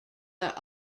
are